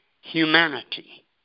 humanity